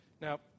Now